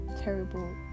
terrible